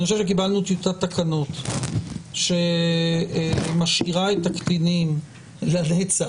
אני חושב שקיבלנו טיוטת תקנות שמשאירה את הקטינים לנצח